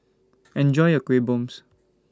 Enjoy your Kueh bombs